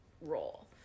role